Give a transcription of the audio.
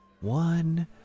One